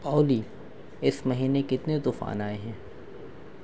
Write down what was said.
اولی اس مہینے کتنے طوفان آئے ہیں